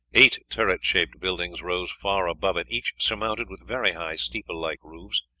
eight turret-shaped buildings rose far above it, each surmounted with very high steeple-like roofs,